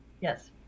Yes